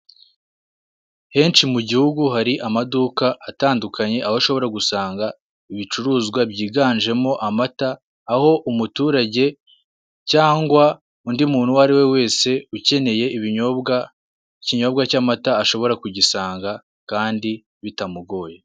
Henshi mu gihugu hari amaduka atandukanye aho ashobora gusanga ibicuruzwa byiganjemo amata aho umuturage cyangwa undi muntu uwo ariwe wese ukeneye ibinyobwa ikinyobwa cy'amata ashobora kugisanga kandi bitamugoye.